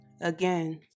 again